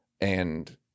and-